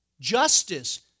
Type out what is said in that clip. justice